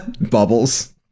Bubbles